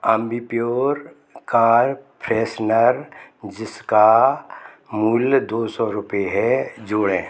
Ambi Pur car freshener जिसका मूल्य दो सौ रूपये है जोड़ें